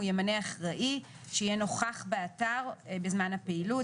הוא ימנה אחראי שיהיה נוכח באתר בזמן הפעילות.